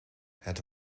het